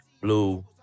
blue